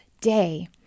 day